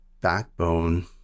backbone